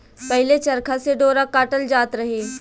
पहिले चरखा से डोरा काटल जात रहे